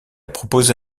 proposé